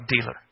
dealer